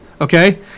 okay